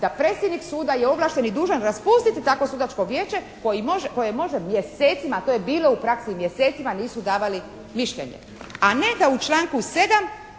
da predsjednik suda je ovlašten i dužan raspustiti takvo sudačko vijeće koje može mjesecima, a to je bilo u praksi mjesecima nisu davali mišljenje, a ne da u članku 7.